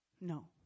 No